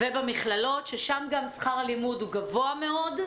ובמכללות ששם גם שכר הלימוד גבוה מאוד.